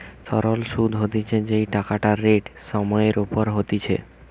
সরল সুধ হতিছে যেই টাকাটা রেট সময় এর ওপর হতিছে